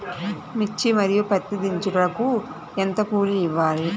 మిర్చి మరియు పత్తి దించుటకు ఎంత కూలి ఇవ్వాలి?